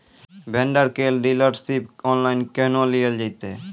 Vendor केर dealership online केहनो लियल जेतै?